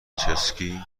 چسکی